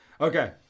Okay